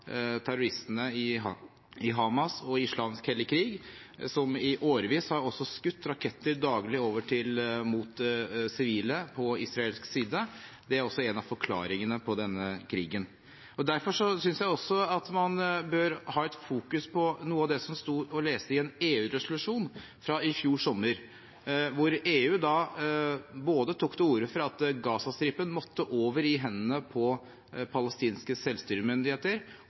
terroristene i Hamas og Islamsk hellig krig, som i årevis daglig har skutt raketter over mot sivile på israelsk side. Det er også en av forklaringene på denne krigen. Derfor synes jeg også at man bør fokusere på noe av det som sto å lese i en EU-resolusjon fra i fjor sommer, hvor EU både tok til orde for at Gazastripen måtte over i hendene på palestinske selvstyremyndigheter,